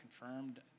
confirmed